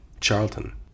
Charlton